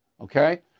okay